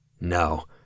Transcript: No